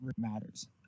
matters